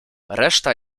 reszta